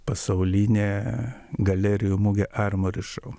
pasaulinė galerijų mugė armori šou